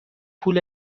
پول